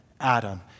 Adam